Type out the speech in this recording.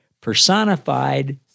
personified